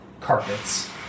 carpets